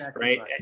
right